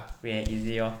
free and easy lor